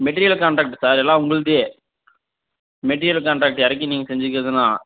material contract sir எல்லாம் உங்கள்தே material contract இறக்கி நீங்கள் செஞ்சுக்கிறதுனா